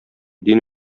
дин